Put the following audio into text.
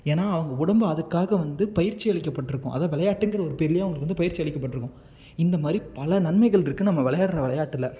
ஏன்னா அவங்க உடம்பு அதுக்காக வந்து பயிற்சி அளிக்கப்பட்டுருக்கும் அதாவது விளையாட்டுங்கிற ஒரு பேர்லையும் அவங்களுக்கு வந்து பயிற்சி அளிக்கப்பட்டுருக்கும் இந்த மாதிரி பல நன்மைகள் இருக்குது நம்ம விளையாடுற விளையாட்டுல